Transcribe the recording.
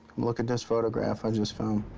look at this photograph i just found.